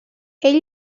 ell